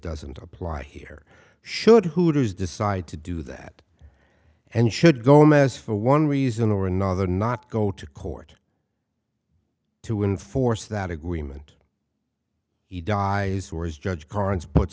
doesn't apply here should hooters decide to do that and should go mess for one reason or another not go to court to enforce that agreement he dies or is judge car